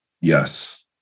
Yes